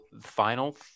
final